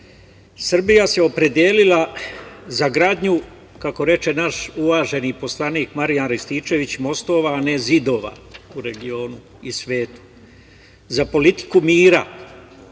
Srbija se opredelila za gradnju, kako reče naš uvaženi poslanik Marijan Rističević, mostova, a ne zidova u regionu i svetu.Za politiku mira,